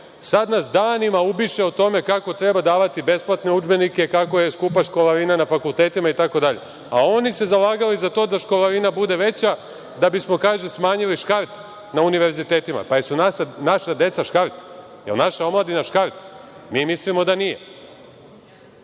Sad nas danima ubiše o tome kako treba davati besplatne udžbenike, kako je skupa školarina na fakultetima, itd. A oni se zalagali za to da školarina bude veća da bismo, kaže smanjili škart na Univerzitetima. Pa, da li su naša deca škart? Da li je naša omladina škart? Mi mislimo da nije.